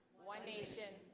one nation,